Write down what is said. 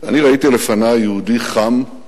ראיתי לפני יהודי חם,